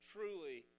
Truly